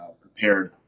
prepared